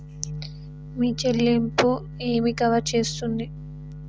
మీ చెల్లింపు ఏమి కవర్ చేస్తుంది?